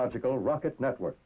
logical rocket network